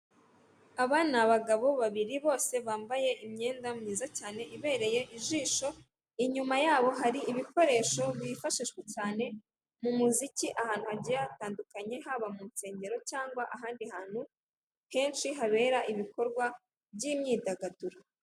Aba ni abagabo babiri bose bambaye imyenda myiza cyane ibereye ijisho, inyuma yabo hari ibikoresho byifashishwa cyane mu muziki ahantu hagiye hatandukanye haba mu nsengero cyangwa ahandi hantu henshi habera ibikorwa by'imyidagaduro.